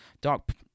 Doc